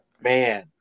Man